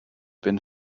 been